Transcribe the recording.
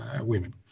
women